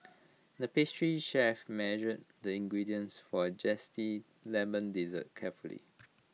the pastry chef measured the ingredients for A Zesty Lemon Dessert carefully